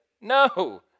No